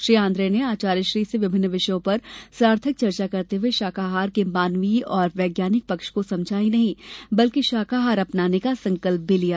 Shri Andre ने आचार्यश्री से विभिन्न विषयों पर सार्थक चर्चा करते हुए शाकाहार के मानवीय और वैज्ञानिक पक्ष को समझा ही नहीं बल्कि शाकाहार अपनाने का संकल्प भी लिया